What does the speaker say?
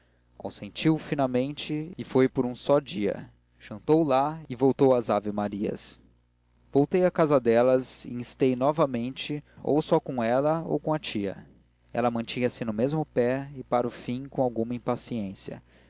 consentiu finalmente e foi por um só dia jantou lá e voltou às ave-marias voltei à casa delas e instei novamente ou só com ela ou com a tia ela mantinha se no mesmo pé e para o fim com alguma impaciência